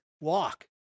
walk